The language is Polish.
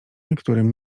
niektórym